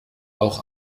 auch